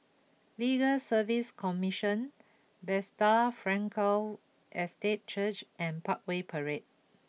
Legal Service Commission Bethesda Frankel Estate Church and Parkway Parade